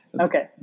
Okay